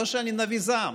לא שאני נביא זעם,